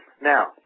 Now